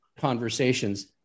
conversations